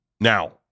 now